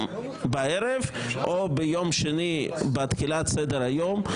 בערב או ביום שני בתחילת סדר היום.